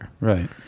Right